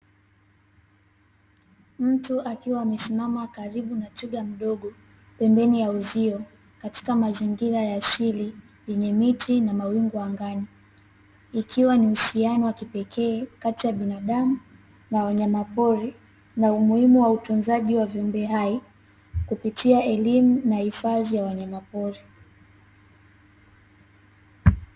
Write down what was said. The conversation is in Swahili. Mtu akiwa amesimama karibu na twiga mdogo pembeni ya uzio katika mazingira ya asili, yenye miti na mawingu angani ikiwa ni uhusiano wa kipekee kati ya binadamu na wanyamapori na umuhimu wa utunzaji wa viumbe hai kupitia elimu na hifadhi ya wanyamapori.